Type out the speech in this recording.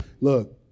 look